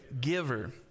giver